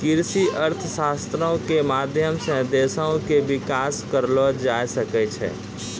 कृषि अर्थशास्त्रो के माध्यम से देशो के विकास करलो जाय सकै छै